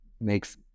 makes